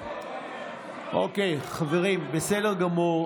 אוקיי, חברים, בסדר גמור.